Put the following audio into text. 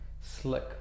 slick